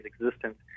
existence